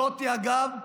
זאת, אגב,